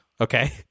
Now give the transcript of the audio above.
okay